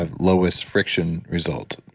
ah lowest friction result.